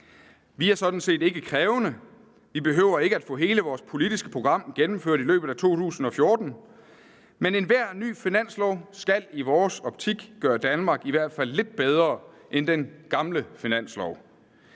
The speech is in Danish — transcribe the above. Vi er sådan set ikke krævende; vi behøver ikke at få hele vores politiske program gennemført i løbet af 2014. Men enhver ny finanslov skal i vores optik i hvert fald gøre Danmark lidt bedre end den gamle finanslov.